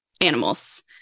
animals